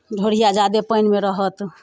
ढोरिया ज्यादे पानिमे रहत